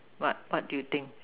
what what do you think